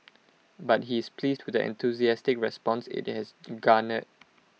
but he is pleased with the enthusiastic response IT has garnered